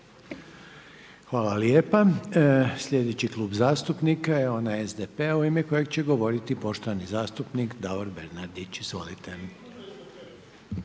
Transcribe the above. Hvala lijepa. Sljedeći Klub zastupnika je onaj Glasa i HSU-a u ime kojeg će govoriti poštovani zastupnik Silvano Hrelja.